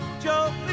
Joe